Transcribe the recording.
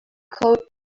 coat